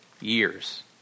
years